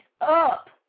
up